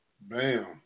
Bam